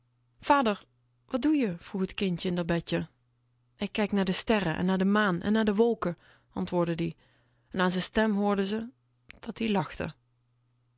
wat doe je vroeg t kind in r bedje ik kijk naar de sterren en naar de maan en naar wolken antwoordde ie en aan z'n stem hoorde ze dat-ie lachte die